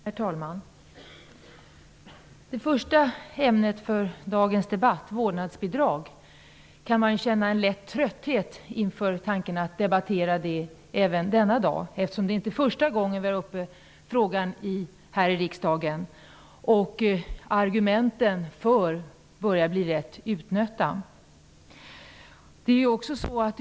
Herr talman! Det första ämnet för dagens debatt, vårdnadsbidrag, kan man känna en lätt trötthet inför, eftersom det inte är första gången vi har den frågan uppe här i riksdagen och argumenten för börjar bli rätt utnötta.